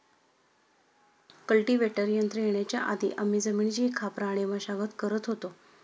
cultivator यंत्र येण्याच्या आधी आम्ही जमिनीची खापराने मशागत करत होतो